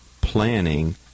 planning